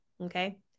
Okay